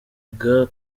wiga